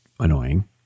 annoying